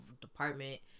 department